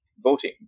voting